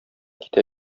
китә